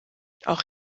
auch